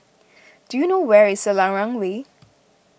do you know where is Selarang Way